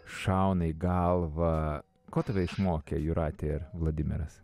šauna į galvą ko tave išmokė jūratė ir vladimiras